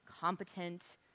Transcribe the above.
competent